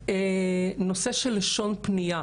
נוסף: נושא של לשון פנייה.